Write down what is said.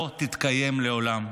לא תתקיים לעולם.